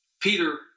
Peter